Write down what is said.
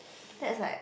that's like